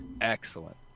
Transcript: Excellent